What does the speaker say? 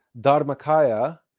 dharmakaya